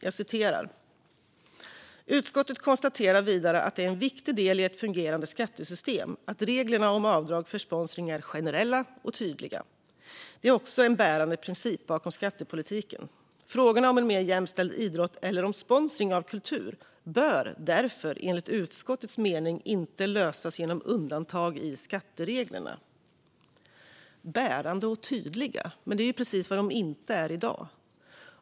Det står: "Utskottet konstaterar vidare att det är en viktig del i ett fungerande skattesystem att reglerna om avdrag för sponsring är generella och tydliga. Det är också en av de bärande principerna bakom skattepolitiken. Frågorna om en mer jämställd idrott eller om sponsring av kulturen bör därför enligt utskottets mening inte lösas genom undantag i skattereglerna." "Bärande" och "tydliga" - det är ju precis vad de inte är i dag.